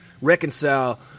reconcile